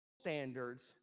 standards